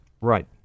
Right